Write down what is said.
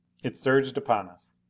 it surged upon us.